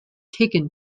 taken